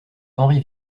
henri